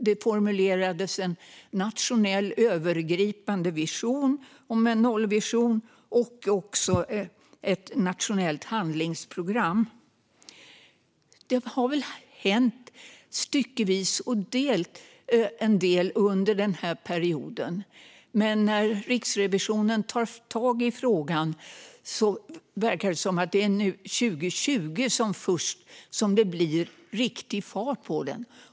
Det formulerades en nationell övergripande nollvision och ett nationellt handlingsprogram. Det har väl hänt en del, styckevis och delt, under den här perioden, men när Riksrevisionen tar tag i frågan verkar det som att det är först 2020 som det blir riktig fart på den.